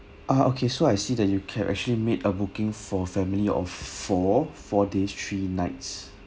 ah okay so I see that you can actually made a booking for family of four four days three nights